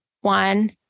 One